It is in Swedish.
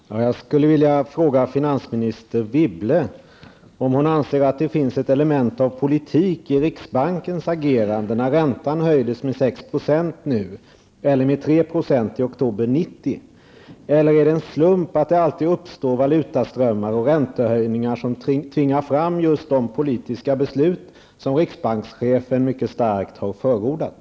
Herr talman! Jag skulle vilja fråga finansminister Wibble om hon anser att det finns ett element av politik i riksbankens agerande när räntan nu höjdes med 6 % eller när den höjdes med 3 % i oktober 1990. Eller är det en slump att det alltid uppstår valutaströmmar och räntehöjningar som tvingar fram just de politiska beslut som riksbankschefen mycket starkt har förordat?